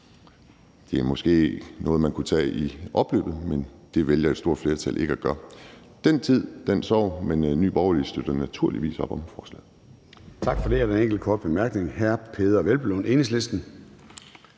det er måske noget, man kunne tage i opløbet, men det vælger et stort flertal ikke at gøre. Den tid, den sorg, men Nye Borgerlige støtter naturligvis op om forslaget.